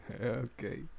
Okay